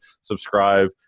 subscribe